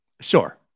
Sure